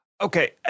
Okay